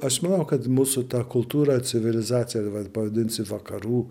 aš manau kad mūsų ta kultūra civilizacija va pavadinsi vakarų